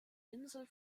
insel